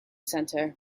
centre